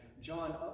John